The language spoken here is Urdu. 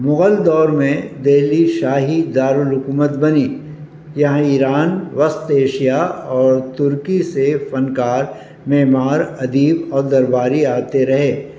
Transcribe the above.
مغل دور میں دہلی شاہی دارالکومت بنی یہاں ایران وسط ایشیا اور ترکی سے فنکار معمار ادیب اور درباری آتے رہے